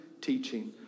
teaching